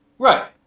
Right